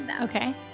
okay